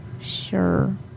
sure